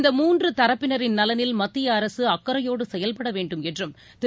இந்த மூன்று தரப்பினரின் நலனில் மத்திய அரசு அக்கறையோடு செயல்பட வேண்டும் என்றும் திரு